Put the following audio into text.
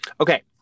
Okay